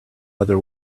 other